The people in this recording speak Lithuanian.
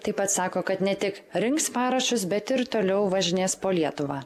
taip pat sako kad ne tik rinks parašus bet ir toliau važinės po lietuvą